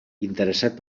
interessat